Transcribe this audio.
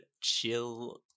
chill